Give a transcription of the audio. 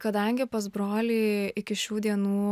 kadangi pas brolį iki šių dienų